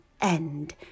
end